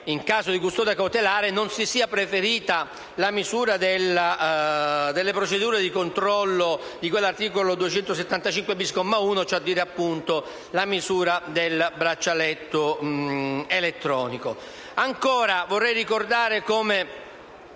in caso di custodia cautelare, non si sia preferita la misura delle procedure di controllo di cui all'articolo 275-*bis*, comma 1, cioè appunto la misura del braccialetto elettronico.